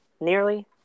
nearly